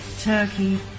Turkey